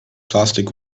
plastic